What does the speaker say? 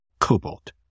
cobalt